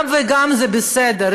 גם וגם זה בסדר.